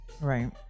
right